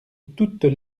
toutes